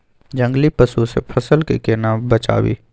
जंगली पसु से फसल के केना बचावी?